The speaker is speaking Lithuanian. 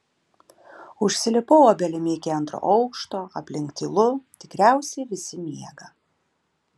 užsilipau obelimi iki antro aukšto aplink tylu tikriausiai visi miega